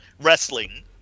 wrestling